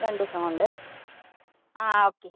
രണ്ടു ദിവസം കൊണ്ട് ആ ഓക്കെ